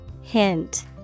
Hint